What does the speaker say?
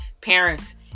parents